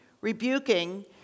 rebuking